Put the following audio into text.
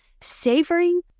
savoring